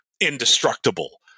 indestructible